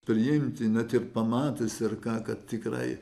priimti net ir pamatęs ir ką kad tikrai